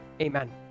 Amen